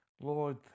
Lord